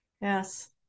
yes